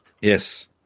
Yes